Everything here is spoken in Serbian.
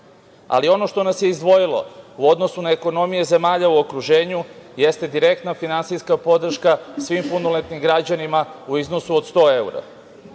Ono što nas je izdvojilo u odnosu na ekonomije zemalja u okruženju jeste direktna finansijska podrška svim punoletnim građanima u iznosu od 100